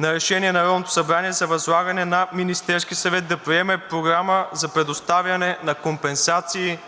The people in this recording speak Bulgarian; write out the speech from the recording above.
на Решение на Народното събрание за възлагане на Министерския съвет да приеме програма за предоставяне на компенсации